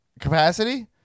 capacity